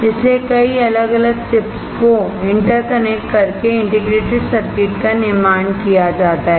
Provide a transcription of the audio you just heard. इसलिए कई अलग अलग चिप्स को इंटरकनेक्ट करके इंटीग्रेटेड सर्किट का निर्माण किया जाता है